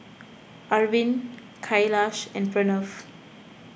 Arvind Kailash and Pranav